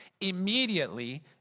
Immediately